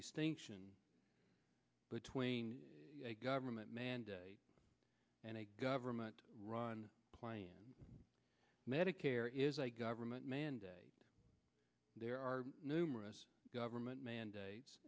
distinction between a government mandate and a government run plan and medicare is a government mandate there are numerous government mandates